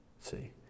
See